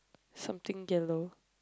something yellow